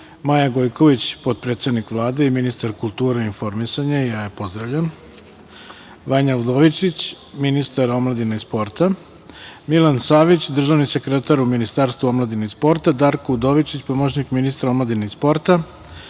Maja Gojković, potpredsednik Vlade i ministar kulture i informisanja, pozdravljam je; Vanja Udovičić, ministar omladine i sporta; Milan Savić, državni sekretar u Ministarstvu omladine i sporta; Darko Udovičić, pomoćnik ministra omladine i sporta;